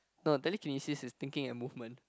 no telekinesis is thinking and movement